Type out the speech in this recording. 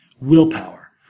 Willpower